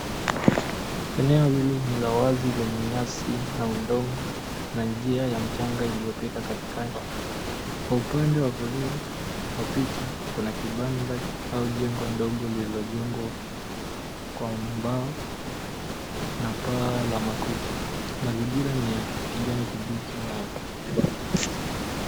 Eneo hili ni la wazi lenye nyasi na udongo na njia ya mchanga Iliyopita katikati. Kwa upande wa kulia wa picha, kuna kibanda au jengo ndogo lililojengwa kwa mbao na paa la makuti. Mazingira ni ya kijani kibichi na...